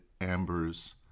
Amber's